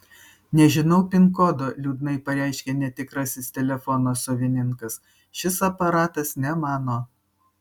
nežinau pin kodo liūdnai pareiškia netikrasis telefono savininkas šis aparatas ne mano